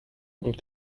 und